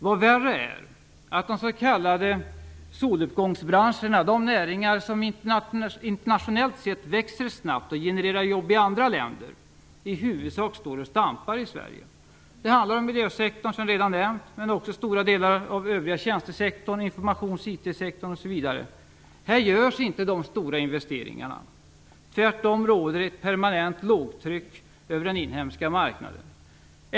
Vad värre är är att de så kallade soluppgångsbranscherna - de näringar som internationellt sett växer snabbt och genererar jobb i andra länder - i huvudsak står och stampar i Sverige. Det handlar om miljösektorn, som jag redan nämnt, men också om stora delar av övriga tjänstesektorn, informations och IT-sektorn osv. Här görs inte de stora investeringarna - tvärtom råder ett permanent lågtryck över den inhemska marknaden.